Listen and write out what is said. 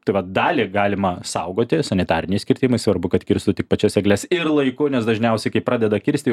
tai vat dalį galima saugoti sanitariniais kirtimais svarbu kad kirstų tik pačias egles ir laiku nes dažniausiai kai pradeda kirsti